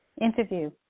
interview